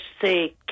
say